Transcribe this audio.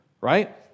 right